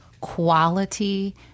quality